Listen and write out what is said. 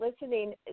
listening